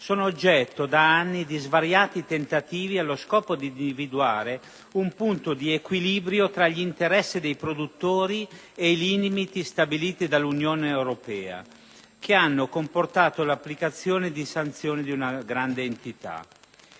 sono oggetto da anni di svariati tentativi allo scopo di individuare un punto di equilibrio tra gli interessi dei produttori e i limiti stabiliti dall'Unione europea, che hanno comportato l'applicazione di sanzioni di una grande entità.